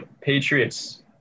Patriots